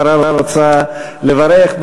השרה רוצה לברך.